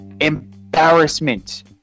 embarrassment